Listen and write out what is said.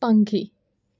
પંખી